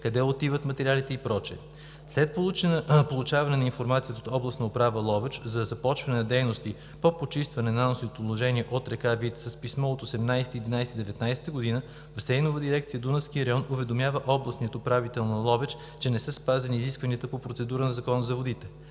къде отиват материалите и прочие. След получаване на информацията от Областната управа – Ловеч, за започване на дейности по почистване наносните отложения от река Вит, с писмо от 18 ноември 2019 г. Басейнова дирекция „Дунавски район“ уведомява областния управител на Ловеч, че не са спазени изискванията по процедура на Закона за водите.